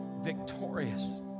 Victorious